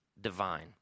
divine